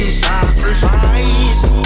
sacrifice